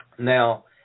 Now